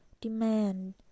Demand